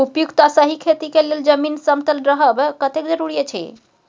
उपयुक्त आ सही खेती के लेल जमीन समतल रहब कतेक जरूरी अछि?